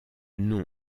nom